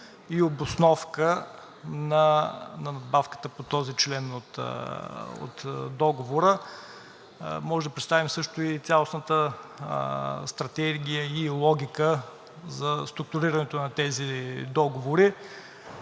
и обосновка на надбавката по този член от Договора. Можем да представим също и цялостната стратегия и логика за структурирането на тези договори.